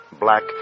black